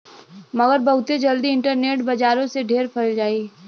मगर बहुते जल्दी इन्टरनेट बजारो से ढेर फैल जाई